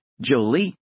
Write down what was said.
Jolie